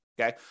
okay